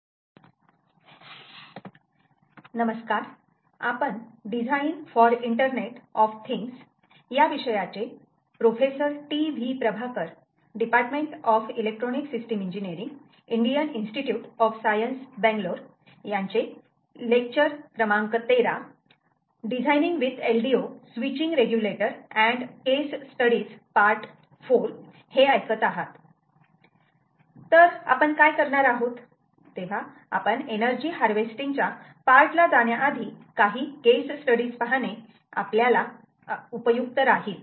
तर आपण काय करणार आहोत तेव्हा आपण एनर्जी हार्वेस्टिंग च्या पार्ट ला जाण्याआधी काही केस स्टडीज पाहणे आपल्यासाठी उपयुक्त राहील